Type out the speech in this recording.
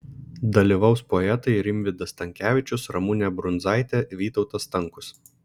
dalyvaus poetai rimvydas stankevičius ramunė brundzaitė vytautas stankus